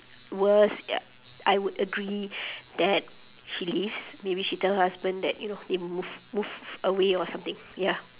worse ya I would agree that she leaves maybe she tell her husband that you know they move move away or something ya